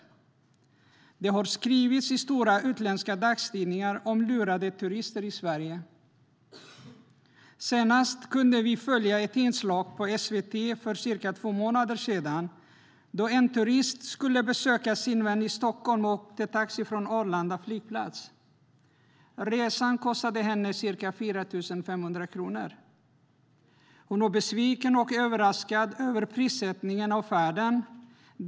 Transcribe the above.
Det har skrivits i stora utländska dagstidningar om lurade turister i Sverige. Senast kunde vi för cirka två månader sedan följa ett inslag på SVT om en turist som skulle besöka sin vän i Stockholm och åkte taxi från Arlanda flygplats. Resan kostade henne ca 4 500 kronor. Hon var besviken och överraskad över prissättningen på färden.